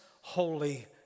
holy